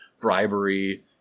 bribery